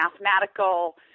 mathematical